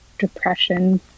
depression